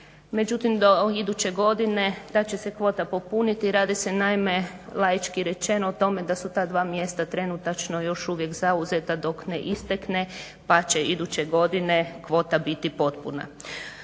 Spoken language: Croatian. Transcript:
međutim do iduće godine ta će se kvota popuniti. Radi se naime laički rečeno o tome da su ta dva mjesta trenutačno još uvijek zauzeta dok ne istekne pa će iduće godine kvota biti potpuna.